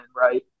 right